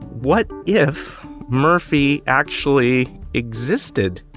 what if murphy actually existed?